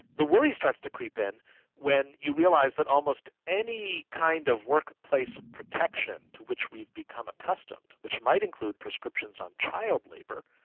the worry starts to creep in when you realise that almost any kind of workplace protection to which we've become accustomed, which might include prescriptions on child labour,